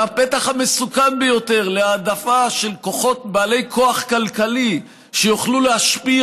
והפתח המסוכן ביותר להעדפה של כוחות בעלי כוח כלכלי שיוכלו להשפיע